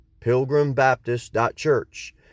pilgrimbaptist.church